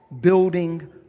building